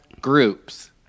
groups